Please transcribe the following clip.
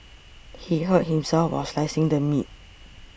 he hurt himself while slicing the meat